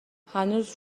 هنوز